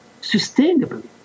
sustainably